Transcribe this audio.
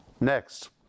Next